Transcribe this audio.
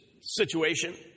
situation